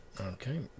Okay